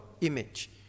image